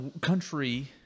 country –